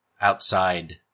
outside